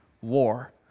war